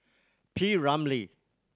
P Ramlee